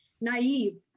naive